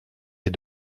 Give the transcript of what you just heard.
est